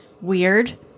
weird